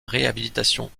réhabilitation